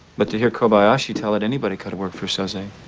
but to hear kobayashi tell it, anybody could've worked for soze. and